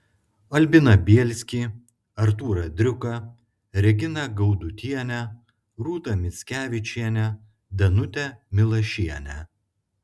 albiną bielskį artūrą driuką reginą gaudutienę rūtą mickevičienę danutę milašienę